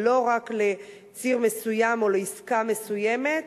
ולא רק לציר מסוים או לעסקה מסוימת.